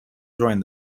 joined